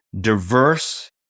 diverse